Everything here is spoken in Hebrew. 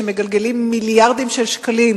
שמגלגלים מיליארדים של שקלים